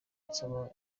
nsaba